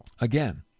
Again